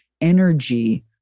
energy